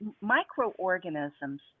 microorganisms